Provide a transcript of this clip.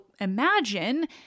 imagine